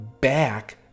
back